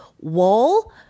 wall